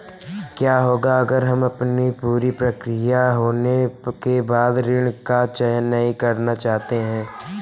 क्या होगा अगर हम पूरी प्रक्रिया पूरी होने के बाद ऋण का चयन नहीं करना चाहते हैं?